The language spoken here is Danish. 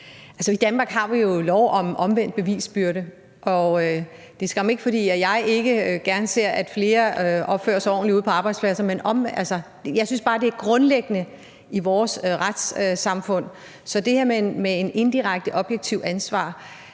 i Danmark har vi jo lov om omvendt bevisbyrde. Det er skam ikke, fordi jeg ikke gerne ser, at flere opfører sig ordentligt ude på arbejdspladserne, men jeg synes bare, det er grundlæggende i vores retssamfund. Så i forhold til det her med indirekte objektivt ansvar